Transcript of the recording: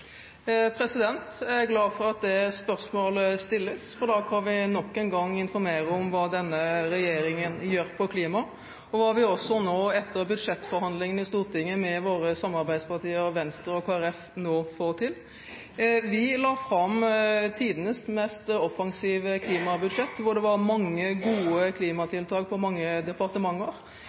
Jeg er glad for at det spørsmålet stilles, for da kan vi nok en gang informere om hva denne regjeringen gjør på klima, og hva vi etter budsjettforhandlingene på Stortinget med våre samarbeidspartier, Venstre og Kristelig Folkeparti, nå får til. Vi la fram tidenes mest offensive klimabudsjett, hvor det var mange gode klimatiltak fordelt på mange departementer.